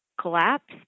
collapsed